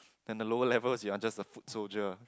then the lower levels you are just a foot soldier